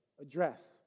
Address